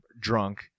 drunk